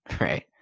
Right